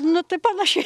nu tai panašiai